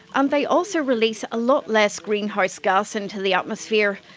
and they also release a lot less greenhouse gas into the atmosphere.